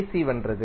C வென்றது